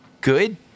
good